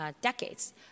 decades